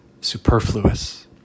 superfluous